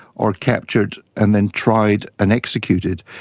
or captured and then tried and executed.